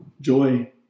Joy